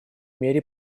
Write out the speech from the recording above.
мере